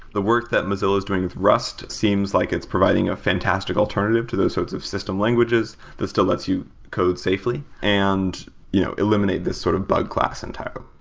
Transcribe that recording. the work that mozilla is doing its rust seems like it's providing a fantastic alternative to those sorts of system languages that still lets you code safely and you know eliminate this sort of bug class entirely.